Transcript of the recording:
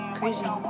crazy